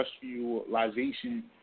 Industrialization